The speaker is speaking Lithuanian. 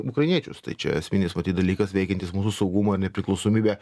ukrainiečius tai čia esminis matyt dalykas veikiantis mūsų saugumą ir nepriklausomybę